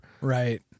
Right